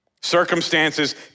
Circumstances